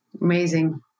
Amazing